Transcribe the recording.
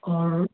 और